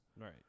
Right